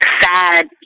sad